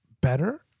better